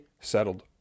settled